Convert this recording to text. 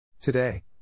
today